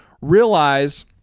realize